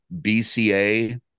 bca